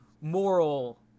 moral